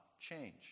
change